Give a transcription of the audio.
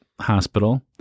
hospital